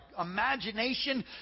imagination